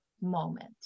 moment